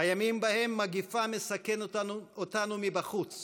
בימים שבהם מגפה מסכנת אותנו מבחוץ